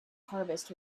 harvest